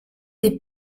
des